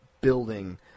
building